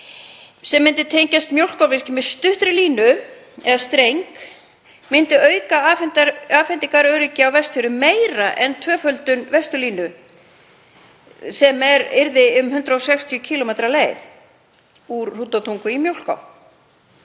og myndi tengjast Mjólkárvirkjun með stuttri línu eða streng, myndi auka afhendingaröryggi á Vestfjörðum meira en tvöföldun Vesturlínu sem yrði um 160 km leið úr Hrútatungu í Mjólká.